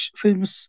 films